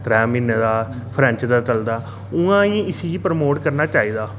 त्रै म्हीनै दा फ्रैंच दा चलदा उयां गै इसी प्रमोट करना चाहिदा